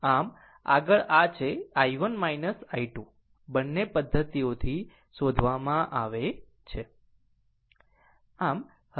આમ આમ આગળ આ છે i1 i2 બંને પદ્ધતિઓથી શોધવામાં આવે છે